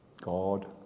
God